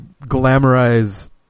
glamorize